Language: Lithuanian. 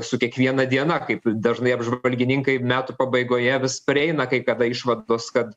su kiekviena diena kaip dažnai apžvalgininkai metų pabaigoje vis prieina kai kada išvados kad